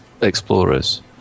explorers